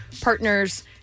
partners